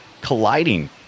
colliding